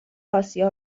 آسیا